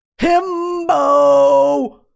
Himbo